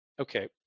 okay